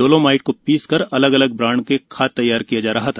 dolomite को पीस कर अलग अलग ब्रांड का खाद तैयार किया जा रहा था